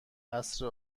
عصر